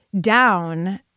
down